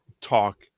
talk